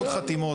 עוד חתימות.